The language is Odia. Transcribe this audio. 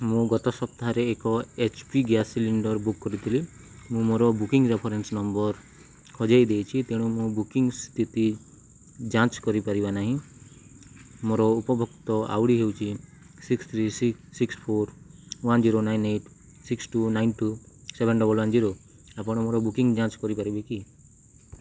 ମୁଁ ଗତ ସପ୍ତାହରେ ଏକ H P gas cylinder book କରିଥିଲି ମୁଁ ମୋର ବୁକିଙ୍ଗ ରେଫରେନ୍ସ ନମ୍ବର ହଜାଇ ଦେଇଛି ତେଣୁ ମୁଁ ବୁକିଙ୍ଗ ସ୍ଥିତି ଯାଞ୍ଚ କରିପାରିବି ନାହିଁ ମୋର ଉପଭୋକ୍ତା ଆଇ ଡ଼ି ହେଉଛି six three six four one zero nine eight six two nine two seven double one zero ଆପଣ ମୋର ବୁକିଙ୍ଗ ଯାଞ୍ଚ କରିପାରିବେ କି